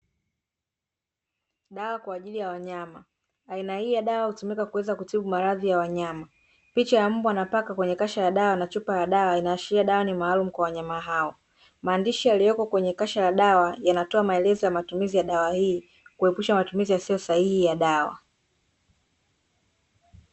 Dawa kwa ajili ya wanyama. Aina hii ya dawa hutumika kuweza kutibu maradhi ya wanyama. Picha ya mbwa na paka kwenye kasha la dawa na chupa ya dawa inaashiria dawa ni maalumu kwa wanyama hao. Maandishi yaliyoko kwenye kasha la dawa yanatoa maelezo ya matumizi ya dawa hii, kuepusha matumizi yasiyo sahihi ya dawa.